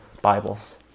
Bibles